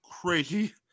crazy